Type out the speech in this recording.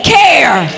care